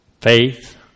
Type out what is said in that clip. Faith